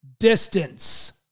Distance